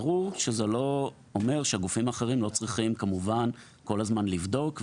ברור שזה לא אומר שהגופים האחרים לא צריכים כל הזמן לבדוק,